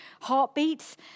Heartbeats